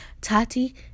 tati